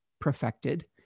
perfected